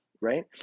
Right